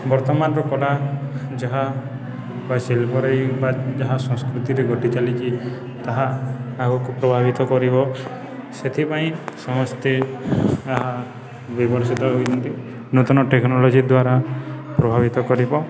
ବର୍ତ୍ତମାନର କଳା ଯାହା ବା ଶିଳ୍ପରେ ବା ଯାହା ସଂସ୍କୃତିରେ ଘଟି ଚାଲିଛି ତାହା ଆଗକୁ ପ୍ରଭାବିତ କରିବ ସେଥିପାଇଁ ସମସ୍ତେ ଏହା ବିବର୍ତ୍ତିତ ହୋଇଛନ୍ତି ନୂତନ ଟେକ୍ନୋଲୋଜି ଦ୍ୱାରା ପ୍ରଭାବିତ କରିବ